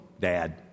dad